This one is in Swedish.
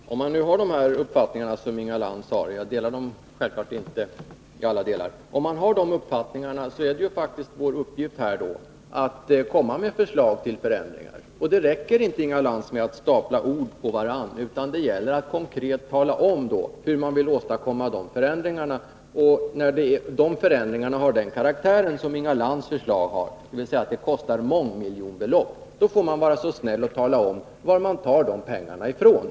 Fru talman! Om man nu har samma uppfattning som Inga Lantz — självfallet delar jag inte den uppfattningen i alla delar — så är det ju faktiskt vår uppgift att komma med förslag till förändringar. Det räcker inte, Inga Lantz, att stapla ord på varandra, utan det gäller att konkret tala om hur man vill åstadkomma förändringar. När förändringarna har den karaktär som Inga Lantz föreslår — dvs. att de uppgår till mångmiljonbelopp — får man vara så snäll och tala om varifrån de pengarna skall tas.